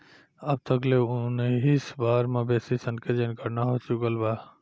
अब तक ले उनऽइस बार मवेशी सन के जनगणना हो चुकल बा